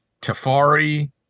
Tafari